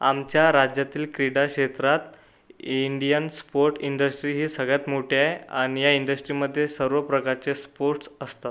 आमच्या राज्यातील क्रीडाक्षेत्रात इंडियन स्पोर्ट इंडस्ट्री ही सगळ्यात मोठे आहे आणि या इंडस्ट्रीमध्ये सर्व प्रकारचे स्पोर्टस् असतात